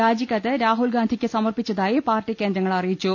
രാജിക്കത്ത് രാഹുൽഗാന്ധിയ്ക്ക് സമർപ്പിച്ചതായി പാർട്ടി കേന്ദ്രങ്ങൾ അറിയിച്ചു